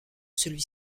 celui